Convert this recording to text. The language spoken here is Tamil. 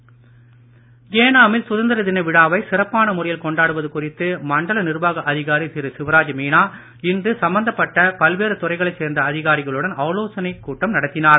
ஏனாம் ஏனாமில் சுதந்திர தின விழாவை சிறப்பான முறையில் கொண்டாடுவது குறித்து மண்டல நிர்வாக அதிகாரி திரு சிவராஜ் மீனா இன்று சம்பந்தப்பட்ட பல்வேறு துறைகளைச் சேர்ந்த அதிகாரிகளுடன் ஆலோசனை கூட்டம் நடத்தினார்